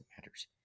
Matters